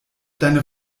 deine